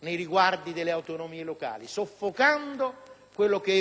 nei riguardi delle autonomie locali, soffocando quella che